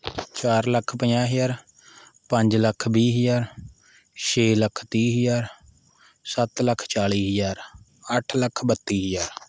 ਚਾਰ ਲੱਖ ਪੰਜਾਹ ਹਜ਼ਾਰ ਪੰਜ ਲੱਖ ਵੀਹ ਹਜ਼ਾਰ ਛੇ ਲੱਖ ਤੀਹ ਹਜ਼ਾਰ ਸੱਤ ਲੱਖ ਚਾਲੀ ਹਜ਼ਾਰ ਅੱਠ ਲੱਖ ਬੱਤੀ ਹਜ਼ਾਰ